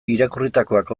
irakurritakoak